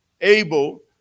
able